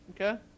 okay